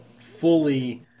fully